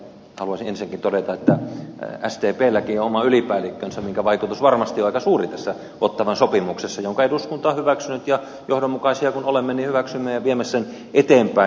edustaja backmanille haluaisin ensinnäkin todeta että sdplläkin on oma ylipäällikkönsä minkä vaikutus varmasti on aika suuri tässä ottawan sopimuksessa jonka eduskunta on hyväksynyt ja johdonmukaisia kun olemme niin hyväksymme ja viemme sen eteenpäin